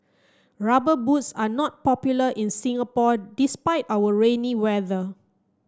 rubber boots are not popular in Singapore despite our rainy weather